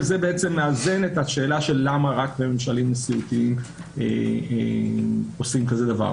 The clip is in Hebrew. וזה מאזן את השאלה למה רק בממשלים נשיאותיים עושים כזה דבר.